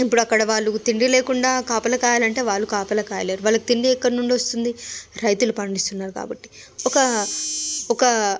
ఇప్పుడక్కడ వాళ్ళు తిండిలేకుండా కాపలా కాయమంటే వాళ్ళు కాపలా కాయలేరు వాళ్ళకి తిండి ఎక్కడినుండి వస్తుంది రైతులు పండిస్తున్నారు కాబట్టి ఒక ఒక